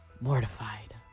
mortified